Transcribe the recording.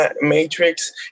Matrix